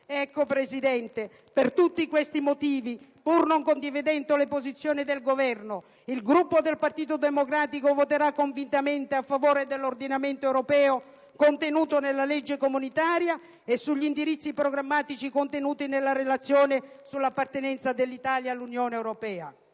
signor Presidente, pur non condividendo le posizioni del Governo, il Gruppo del Partito Democratico voterà convintamente a favore dell'ordinamento europeo contenuto nella legge comunitaria e degli indirizzi programmatici contenuti nella Relazione sull'appartenenza dell'Italia all'Unione europea.